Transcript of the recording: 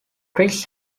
trees